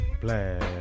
black